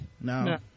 No